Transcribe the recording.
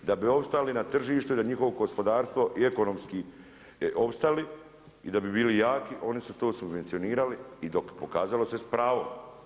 Da bi opstali na tržište da njihovo gospodarstvo i ekonomski opstali i da bi bili jak, oni su to subvencioniralo i pokazalo se s pravom.